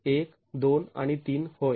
१ २ आणि ३ होय